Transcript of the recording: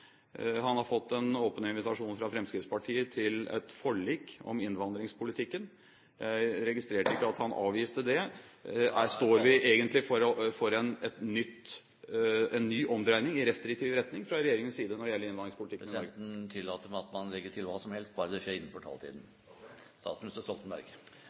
Han har fått en åpen invitasjon fra Fremskrittspartiet til et forlik om innvandringspolitikken. Jeg registrerte ikke at han avviste det. Står vi egentlig foran en ny omdreining i restriktiv retning fra regjeringens side når det gjelder innvandringspolitikken? Presidenten tillater at man legger til hva som helst, bare det skjer innenfor